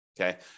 Okay